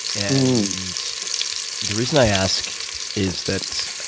and the reason i ask is that